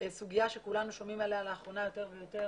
סוגיה שכולנו שומעים עליה לאחרונה יותר ויותר